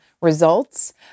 results